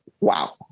wow